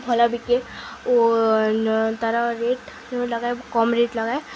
ଭଲ ବିକେ ଓ ତାର ରେଟ୍ ଲାଗାଏ କମ ରେଟ୍ ଲଗାଏ